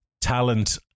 talent